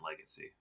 Legacy